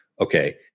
okay